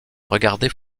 regardait